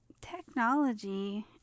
technology